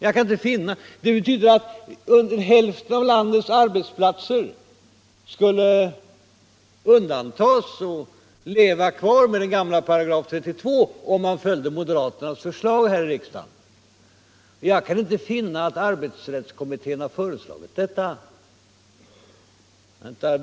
Om riksdagen följde moderaternas förslag skulle det betyda att de anställda vid hälften av landets arbetsplatser fick leva kvar under § 32. Jag kan inte finna att arbetsrättskommittén har föreslagit det.